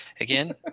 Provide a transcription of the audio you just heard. Again